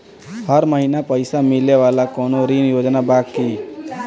हर महीना पइसा मिले वाला कवनो ऋण योजना बा की?